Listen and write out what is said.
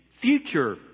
future